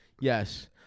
Yes